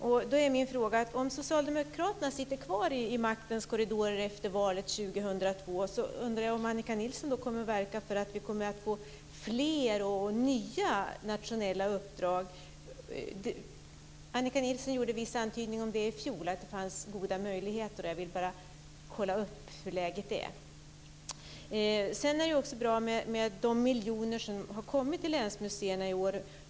Då undrar jag om Annika Nilsson, om socialdemokraterna sitter kvar i maktens korridorer efter valet 2002, kommer att verka för att vi kommer att få fler och nya nationella uppdrag. Annika Nilsson gjorde i fjol vissa antydningar om att det fanns goda möjligheter. Jag vill bara kolla upp hur läget är. Det är också bra med de miljoner som har kommit till länsmuseerna i år.